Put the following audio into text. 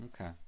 Okay